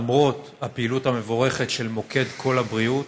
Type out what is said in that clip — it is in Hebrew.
למרות הפעילות המבורכת של מוקד קול הבריאות,